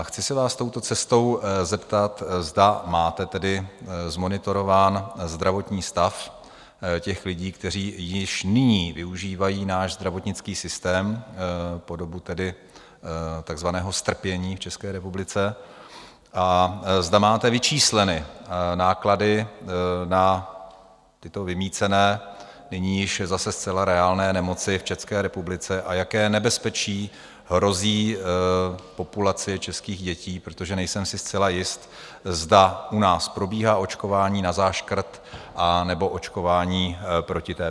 Chci se vás touto cestou zeptat, zda máte tedy zmonitorován zdravotní stav těch lidí, kteří již nyní využívají náš zdravotnický systém po dobu takzvaného strpění v České republice, a zda máte vyčísleny náklady na tyto vymýcené, nyní již zase zcela reálné nemoci v České republice a jaké nebezpečí hrozí populaci českých dětí, protože si nejsem zcela jist, zda u nás probíhá očkování na záškrt anebo očkování proti TBC.